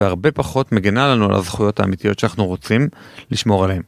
והרבה פחות מגנה לנו על לזכויות האמיתיות שאנחנו רוצים לשמור עליהן.